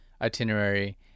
itinerary